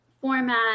format